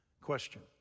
Question